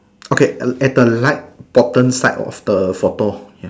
okay at the right bottom side of the photo ya